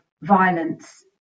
violence